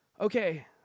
okay